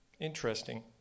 Interesting